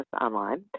online